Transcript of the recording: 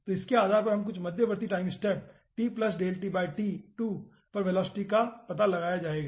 तो इसके आधार पर कुछ मध्यवर्ती टाइम स्टेप पर वेलोसिटी का पता लगाया जाएगा